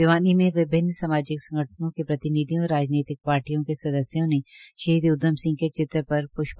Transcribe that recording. भिवानी में भी विभिन्न सामाजिक संगठनों के प्रतिनिधियों एवं राजनीतिक पार्टियों के सदस्यों ने शहीद उद्यम सिंह के चित्र पर प्ष्पजंलि अर्पित की